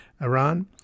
Iran